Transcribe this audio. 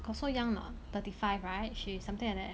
got so young not thirty five right she something like that